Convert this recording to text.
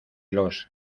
los